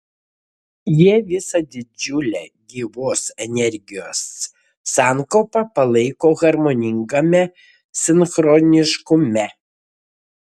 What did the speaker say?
jie visą didžiulę gyvos energijos sankaupą palaiko harmoningame sinchroniškume